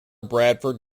bradford